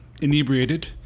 inebriated